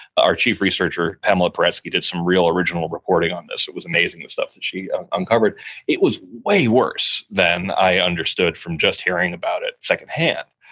our chief researcher, pamela paresky, did some real original reporting on this. it was amazing, the stuff that she uncovered it was way worse than i understood from just hearing about it secondhand.